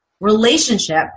relationship